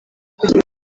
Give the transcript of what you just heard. kugira